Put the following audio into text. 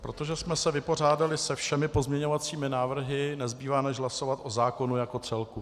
Protože jsme se vypořádali se všemi pozměňovacími návrhy, nezbývá než hlasovat o zákonu jako celku.